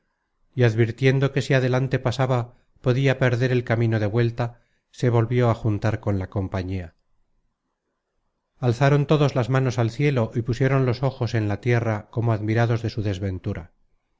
y advirtiendo que si adelante pasaba podia perder el camino de vuelta se volvió a juntar con la compañía alzaron todos las manos al cielo y pusieron los ojos en la tierra como admirados de su desventura